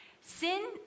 Sin